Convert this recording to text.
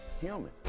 human